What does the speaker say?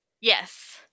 Yes